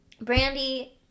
Brandy